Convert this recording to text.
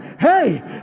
hey